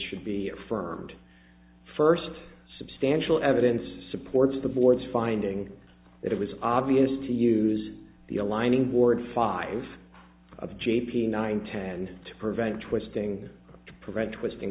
should be affirmed first substantial evidence supports the board's finding that it was obvious to use the aligning board five of j p nine ten to prevent twisting to prevent twisting